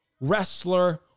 wrestler